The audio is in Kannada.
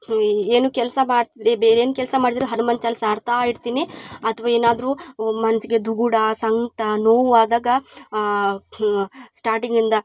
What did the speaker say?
ಏನು ಕೆಲಸ ಮಾಡು ಬೇರೇನು ಕೆಲಸ ಮಾಡಿದ್ರು ಹನುಮಾನ್ ಚಾಲಿಸ ಹಾಡ್ತಾಯಿರ್ತಿನಿ ಅಥ್ವ ಏನಾದ್ರು ಮನಸ್ಸಿಗೆ ದುಗುಡ ಸಂಕಟ ನೋವು ಆದಾಗ ಸ್ಟಾರ್ಟಿಂಗಿಂದ